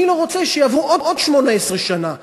אני לא רוצה שיעברו עוד 18 שנה מדממות,